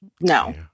no